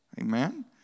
Amen